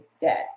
debt